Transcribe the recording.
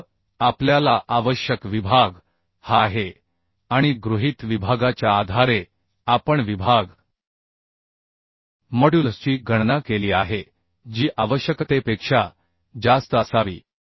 तर आपल्या ला आवश्यक विभाग हा आहे आणि गृहीत विभागाच्या आधारे आपण विभाग मॉड्युलसची गणना केली आहे जी आवश्यकतेपेक्षा जास्त असावी